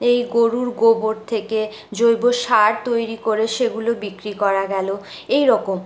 এই গোরুর গোবর থেকে জৈব সার তৈরি করে সেগুলো বিক্রি করা গেলো এই রকম